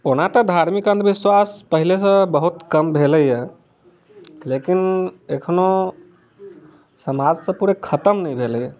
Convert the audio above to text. ओना तऽ धार्मिक अन्धविश्वास पहिले सँ बहुत कम भेलैया लेकिन एखनो समाज सँ पुरा खतम नहि भेलैया